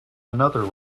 another